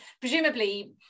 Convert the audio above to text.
presumably